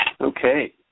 Okay